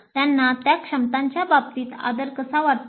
त्यांना त्या क्षमतांच्या बाबतीत आदर कसा वाटतो